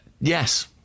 Yes